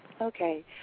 Okay